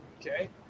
Okay